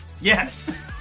Yes